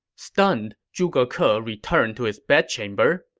stunned, zhuge ke ah returned to his bedchamber.